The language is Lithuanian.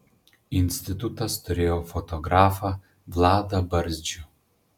institutas turėjo fotografą vladą barzdžių